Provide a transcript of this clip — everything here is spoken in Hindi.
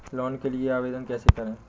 लोन के लिए आवेदन कैसे करें?